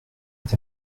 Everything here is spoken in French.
est